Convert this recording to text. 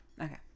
Okay